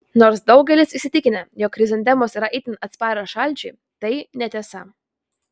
nors daugelis įsitikinę jog chrizantemos yra itin atsparios šalčiui tai netiesa